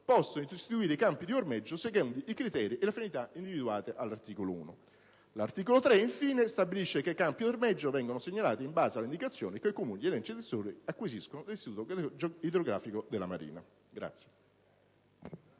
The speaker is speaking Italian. possono istituire i campi di ormeggio secondo i criteri e le finalità individuati dall'articolo 1. L'articolo 3, infine, stabilisce che i campi di ormeggio vengano segnalati in base alle indicazioni che i Comuni e gli enti gestori acquisiscono dall'Istituto idrografico della Marina.